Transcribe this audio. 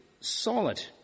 solid